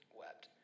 wept